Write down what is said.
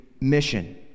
mission